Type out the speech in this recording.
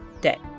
day